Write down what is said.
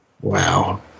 Wow